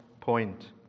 point